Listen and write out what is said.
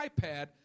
iPad